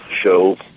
show